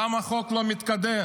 למה החוק לא מתקדם?